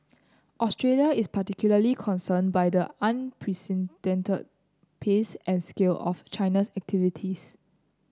Australia is particularly concerned by the unprecedented pace and scale of China's activities